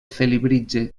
felibritge